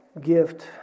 gift